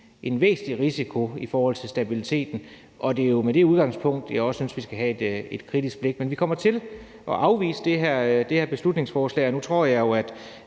en væsentlig risiko i forhold til stabiliteten. Det er jo med det udgangspunkt, jeg også synes, vi skal have et kritisk blik. Men vi kommer til at afvise det her beslutningsforslag, og nu tror jeg jo, at